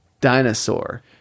dinosaur